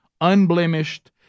unblemished